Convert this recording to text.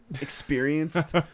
experienced